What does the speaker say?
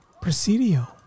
Presidio